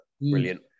Brilliant